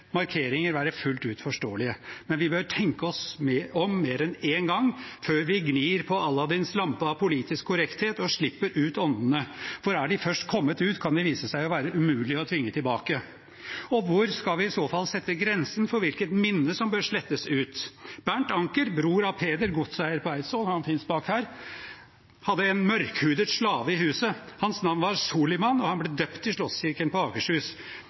markeringer være fullt ut forståelige, men vi bør tenke oss om mer enn en gang før vi gnir på Aladdins lampe av politisk korrekthet og slipper ut åndene, for er de først kommet ut, kan de vise seg å være umulig å tvinge tilbake. Hvor skal vi i så fall sette grensen for hvilke minner som bør slettes ut? Bernt Anker, bror av Peder, godseier på Eidsvoll – han finnes bak her – hadde en mørkhudet slave i huset. Hans navn var Soliman, og han ble døpt i slottskirken på Akershus.